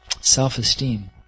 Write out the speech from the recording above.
self-esteem